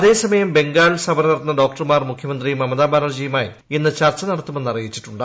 അതേസമയം ബംഗാളിൽ സമരം നടത്തുന്ന ഡേക്ടർമാർ മുഖ്യമന്ത്രി മമതാ ബാനർജിയുമായി ഇന്ന് ചർച്ച നടത്തുമെന്ന് അറിയിച്ചിട്ടുണ്ട്